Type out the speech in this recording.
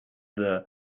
the